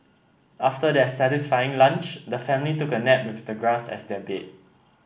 after their satisfying lunch the family took a nap with the grass as their bed